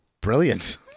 brilliant